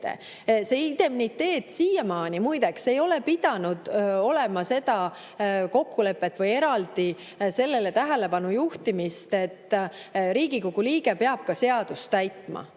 te eksite. Siiamaani muideks ei ole pidanud olema seda kokkulepet või eraldi sellele tähelepanu juhtimist, et Riigikogu liige peab ka seadust täitma,